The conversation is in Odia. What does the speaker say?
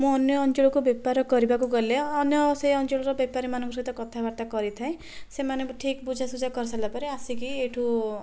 ମୁଁ ଅନ୍ୟ ଅଞ୍ଚଳକୁ ବେପାର କରିବାକୁ ଗଲେ ଅନ୍ୟ ସେ ଅଞ୍ଚଳର ବେପାରୀମାନଙ୍କ ସହିତ କଥାବାର୍ତ୍ତା କରିଥାଏ ସେମାନେ ବି ଠିକ୍ ବୁଝାସୁଝା କରିସାରିଲାପରେ ଆସିକି ଏ'ଠୁ